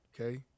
Okay